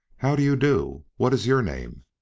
how do you do? what is your name?